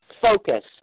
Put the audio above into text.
focus